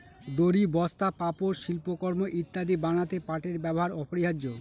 দড়ি, বস্তা, পাপোষ, শিল্পকর্ম ইত্যাদি বানাতে পাটের ব্যবহার অপরিহার্য